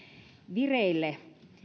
vireille